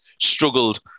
struggled